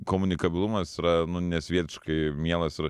komunikabilumas yra nu nesvietiškai mielas ir